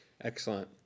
excellent